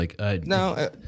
No